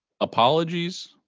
apologies